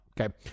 okay